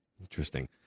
Interesting